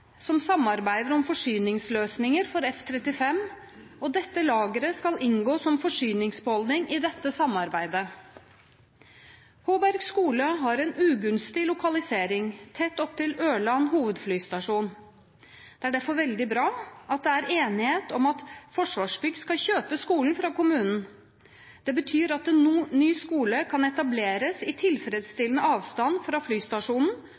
som samarbeider om forsyningsløsninger for F-35, og dette lageret skal inngå som forsyningsbeholdning i dette samarbeidet. Hårberg skole har en ugunstig lokalisering tett opptil Ørland hovedflystasjon. Det er derfor veldig bra at det er enighet om at Forsvarsbygg skal kjøpe skolen fra kommunen. Det betyr at en ny skole kan etableres i tilfredsstillende avstand fra flystasjonen